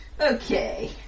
Okay